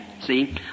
See